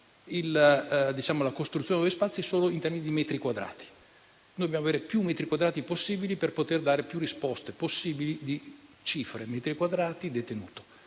alla costruzione degli spazi solo in termini di metri quadrati. Dobbiamo avere più metri quadrati possibili per poter dare più risposte possibili in termini di cifre, di metri quadrati per detenuto.